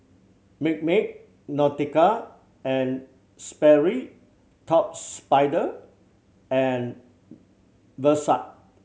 Milkmaid Nautica and Sperry Top Spider and Versace